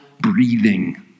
breathing